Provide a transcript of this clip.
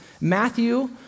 Matthew